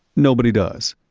nobody does.